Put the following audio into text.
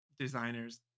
designers